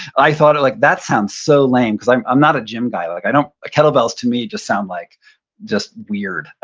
i thought of like, that sounds so lame. cause i'm i'm not a gym guy, like i don't, kettlebells to me just sound like just weird,